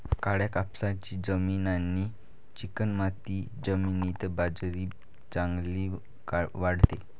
काळ्या कापसाची जमीन आणि चिकणमाती जमिनीत बाजरी चांगली वाढते